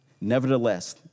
Nevertheless